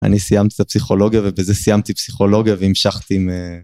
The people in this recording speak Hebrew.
אני סיימתי את הפסיכולוגיה ובזה סיימתי פסיכולוגיה והמשכתי עם...